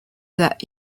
that